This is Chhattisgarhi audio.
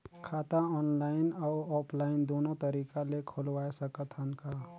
खाता ऑनलाइन अउ ऑफलाइन दुनो तरीका ले खोलवाय सकत हन का?